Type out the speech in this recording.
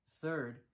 Third